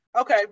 Okay